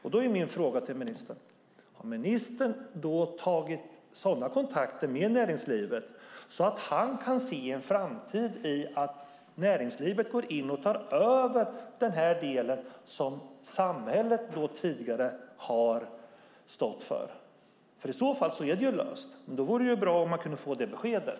Har ministern tagit kontakter med näringslivet så att han kan se att näringslivet i framtiden tar över den del som samhället tidigare har stått för? I så fall är det ju löst. I så fall vore det bra om man kunde få det beskedet.